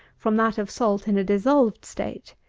from that of salt in a dissolved state.